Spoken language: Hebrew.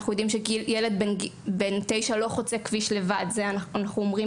אם ילד בן תשע לא חוצה היום כביש לבד, למה